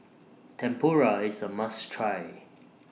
Tempura IS A must Try